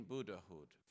Buddhahood